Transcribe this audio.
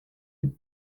with